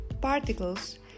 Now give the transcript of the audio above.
particles